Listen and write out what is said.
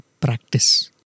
practice